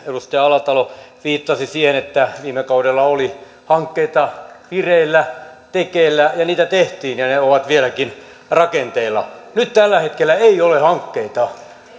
edustaja alatalo viittasi siihen että viime kaudella oli hankkeita vireillä tekeillä ja niitä tehtiin ja ne ovat vieläkin rakenteilla nyt tällä hetkellä ei ole hankkeita